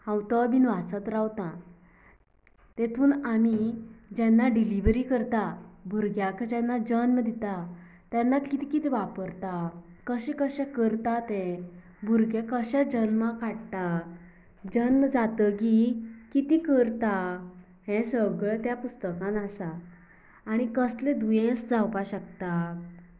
हांव तो बीन वाचत रावतां तेतून आमी जेन्ना डिलीवरी करता भुरग्यांक जेन्ना जल्म दिता तेन्ना किद किद वापरता कशे कशे करता ते भुरगें कशे जल्माक हाडटा जल्म जातगी कितें करता हें सगलें त्या पुस्तकांत आसा आनी कसलें दुयेंस जावपा शकता